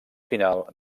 final